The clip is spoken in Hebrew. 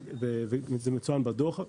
וזה מצוין בדוח.